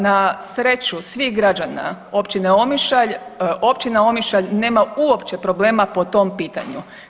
Na sreću svih građana općine Omišalj, općina Omišalj nema uopće problema po tom pitanju.